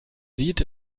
sieht